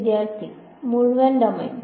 വിദ്യാർത്ഥി മുഴുവൻ ഡൊമെയ്ൻ